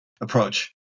approach